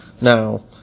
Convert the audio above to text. Now